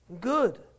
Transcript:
good